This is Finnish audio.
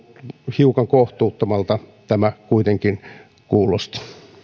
hiukan kohtuuttomalta tämä kuitenkin kuulosti